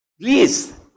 please